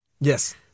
Yes